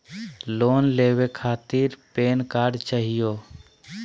Loan लेवे खातीर PAN card चाहियो?